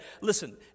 listen